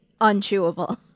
unchewable